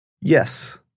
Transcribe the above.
Yes